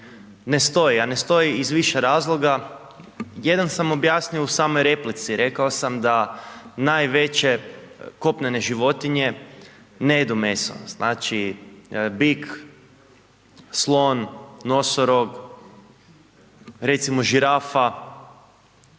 ne stoji, a ne stoji iz više razloga, jedan sam objasnio u samoj replici, rekao sam da najveće kopnene životinje ne jedu meso, znači, bik, slon, nosorog, recimo žirafa